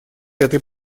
этой